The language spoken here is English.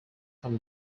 from